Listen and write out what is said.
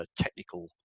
technical